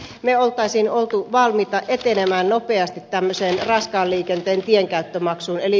me olisimme olleet valmiita etenemään nopeasti raskaan liikenteen tienkäyttömaksuun eli